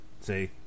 See